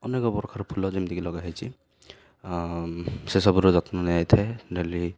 ଅନେକ ପ୍ରକାର ଫୁଲ ଯେମିତିକି ଲଗାହେଇଛି ସେସବୁର ଯତ୍ନ ନିଆଯାଇଥାଏ ଡେଲି